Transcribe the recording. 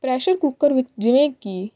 pressure cooker ਵਿੱਚ ਜਿਵੇਂ ਕਿ